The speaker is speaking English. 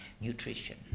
nutrition